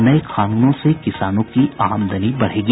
नये कानूनों से किसानों की आमदनी बढ़ेगी